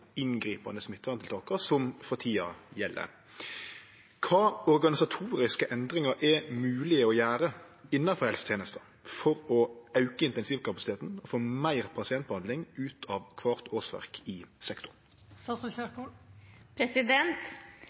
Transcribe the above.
inngripande smitteverntiltaka som no gjeld. Kva organisatoriske endringar er mogleg å gjere innanfor helstenesta for å auke intensivkapasiteten og få meir pasientbehandling ut av kvart årsverk i